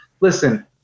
listen